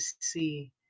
see